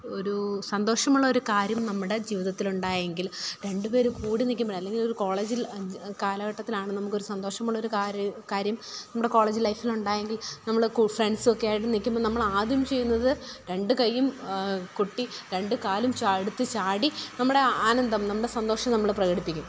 ഒരു സന്തോഷമുള്ള ഒരു കാര്യം നമ്മുടെ ജീവിതത്തിലുണ്ടായെങ്കിൽ രണ്ടു പേർ കൂടി നിൽക്കുമ്പോൾ അല്ലെങ്കിലൊരു കോളേജ് കാലഘട്ടത്തിലാണ് നമുക്കൊരു സന്തോഷമുള്ള ഒരു കാര്യം കാര്യം നമ്മുടെ കോളേജ് ലൈഫിലുണ്ടായെങ്കിൽ നമ്മൾ ഫ്രണ്ട്സൊക്കെയായിട്ടു നിൽക്കുമ്പോളാദ്യം ചെയ്യുന്നത് രണ്ടു കൈയ്യും കൊട്ടി രണ്ടു കാലും എടുത്തു ചാടി നമ്മുടെ ആനന്ദം നമ്മുടെ സന്തോഷം നമ്മൾ പ്രകടിപ്പിക്കും